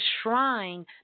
shrine